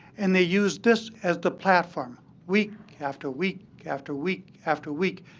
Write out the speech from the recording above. and they used this as the platform week after week after week after week,